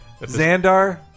Xandar